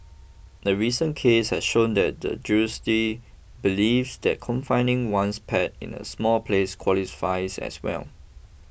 a recent case has shown that the judiciary believes that confining one's pet in a small place qualifies as well